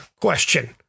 question